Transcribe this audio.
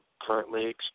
currently